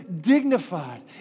dignified